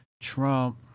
Trump